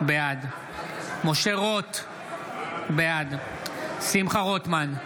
בעד משה רוט, בעד שמחה רוטמן,